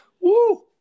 Woo